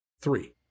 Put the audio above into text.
three